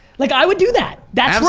like i would do that. that's